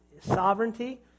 sovereignty